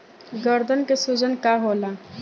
गदन के सूजन का होला?